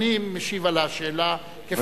אדוני, אתה משיב על השאלה כפי נוסחה.